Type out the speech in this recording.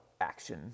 action